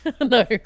No